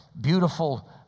beautiful